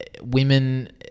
women